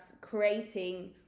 creating